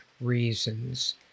reasons